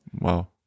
wow